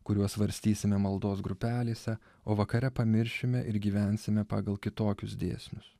kuriuos svarstysime maldos grupelėse o vakare pamiršime ir gyvensime pagal kitokius dėsnius